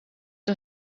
aan